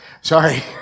Sorry